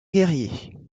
guerriers